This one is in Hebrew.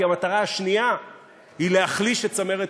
כי המטרה השנייה היא להחליש את צמרת הפיקוד.